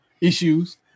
issues